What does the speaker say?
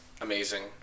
amazing